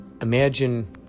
imagine